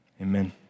Amen